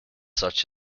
such